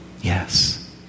Yes